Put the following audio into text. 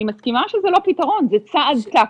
אני מסכימה שזה לא פתרון, זה צעד טקטי.